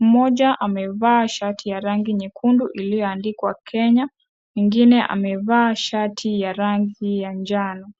mmoja amevaa shati ya rangi nyekundu iliyoandikwa Kenya, mwingine amevaa shati ya rangi ya njano.